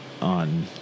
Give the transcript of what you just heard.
On